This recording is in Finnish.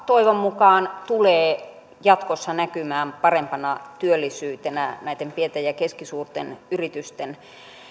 toivon mukaan tulevat jatkossa näkymään parempana työllisyytenä näitten pienten ja keskisuurten yritysten